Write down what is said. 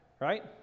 right